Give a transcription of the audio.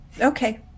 Okay